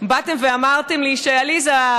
באתם ואמרתם לי: עליזה,